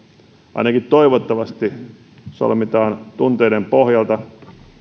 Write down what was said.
ainakin toivottavasti solmitaan tunteiden pohjalta